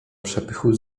przepychu